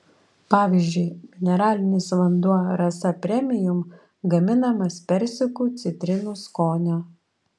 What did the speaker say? pavyzdžiui mineralinis vanduo rasa premium gaminamas persikų citrinų skonio